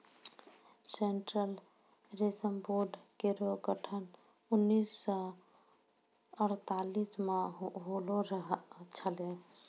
central रेशम board केरो गठन उन्नीस सौ अड़तालीस म होलो छलै